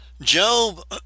Job